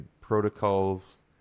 protocols